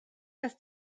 dass